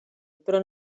però